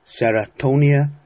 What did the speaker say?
Seratonia